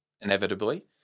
inevitably